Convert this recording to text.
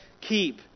keep